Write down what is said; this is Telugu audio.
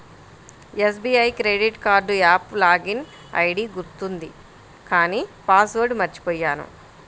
SBI credit card app login ID గుర్తుంది కానీ పాస్ వర్డ్ మర్చిపొయ్యాను